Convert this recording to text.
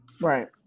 Right